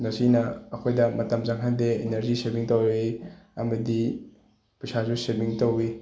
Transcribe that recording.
ꯃꯁꯤꯅ ꯑꯩꯈꯣꯏꯗ ꯃꯇꯝ ꯆꯪꯍꯟꯗꯦ ꯏꯅꯔꯖꯤ ꯁꯦꯕꯤꯡ ꯇꯧꯔꯛꯋꯤ ꯑꯃꯗꯤ ꯄꯩꯁꯥꯁꯨ ꯁꯦꯕꯤꯡ ꯇꯧꯋꯤ